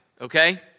Okay